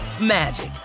magic